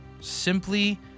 simply